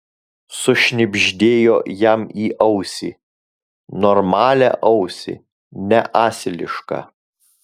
sušnibždėjo jam į ausį normalią ausį ne asilišką